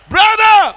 Brother